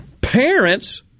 parents